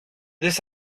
this